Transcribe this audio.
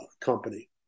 company